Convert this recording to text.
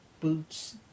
boots